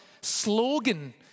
slogan